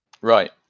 Right